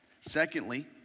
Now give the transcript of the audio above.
Secondly